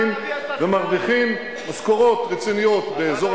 דירות, אנחנו שברנו היום שני חסמים חשובים.